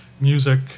music